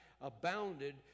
abounded